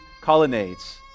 colonnades